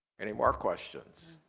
anymore questions?